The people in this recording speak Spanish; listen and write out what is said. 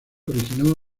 originó